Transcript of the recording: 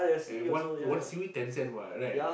and one one seaweed ten cents what right